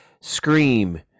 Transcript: scream